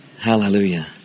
Hallelujah